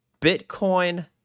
Bitcoin